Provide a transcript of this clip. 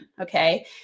okay